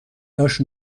داشت